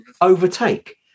overtake